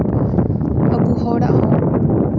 ᱟᱵᱚ ᱦᱚᱲᱟᱜ ᱦᱚᱸ